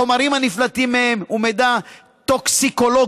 חומרים הנפלטים מהם ומידע טוקסיקולוגי,